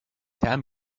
tell